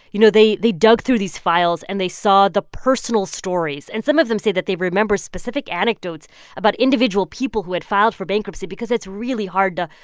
you know, they they dug through these files, and they saw the personal stories. and some of them say that they remember specific anecdotes about individual people who had filed for bankruptcy because it's really hard to,